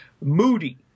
moody